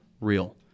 real